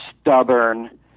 stubborn